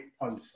on